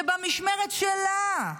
שבמשמרת שלה,